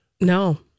No